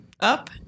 up